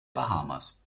bahamas